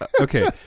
Okay